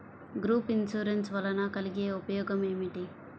Group insurance వలన కలిగే ఉపయోగమేమిటీ?